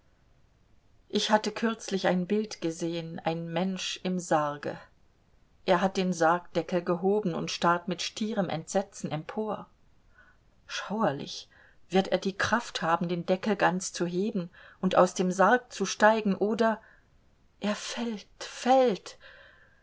ich hatte kürzlich ein bild gesehen ein mensch im sarge er hat den sargdeckel gehoben und starrt mit stierem entsetzen empor schauerlich wird er die kraft haben den deckel ganz zu heben und aus dem sarg zu steigen oder er fällt fällt